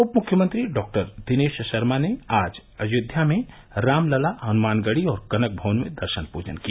उपमुख्यमंत्री डॉक्टर दिनेश शर्मा ने आज अयोध्या में रामलला हनुमानगढ़ी और कनक भवन में दर्शन पूजन किया